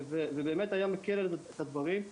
והיה מקל את הדברים.